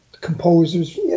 composers